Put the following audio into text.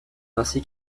ainsi